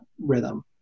rhythm